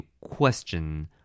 question